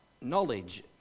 knowledge